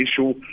issue